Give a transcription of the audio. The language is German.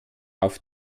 auf